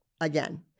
again